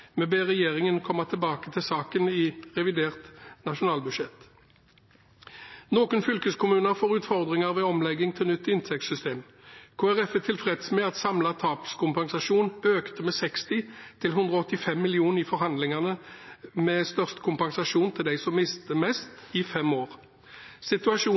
Vi ber regjeringen komme tilbake til saken i revidert nasjonalbudsjett. Noen fylkeskommuner får utfordringer ved omlegging til nytt inntektssystem. Kristelig Folkeparti er tilfreds med at samlet tapskompensasjon økte med 60 mill. kr til 185 mill. kr i forhandlingene, med størst kompensasjon til dem som mister mest, i fem år. Situasjonen